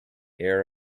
air